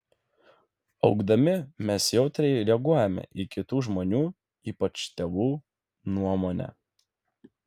augdami mes jautriai reaguojame į kitų žmonių ypač tėvų nuomonę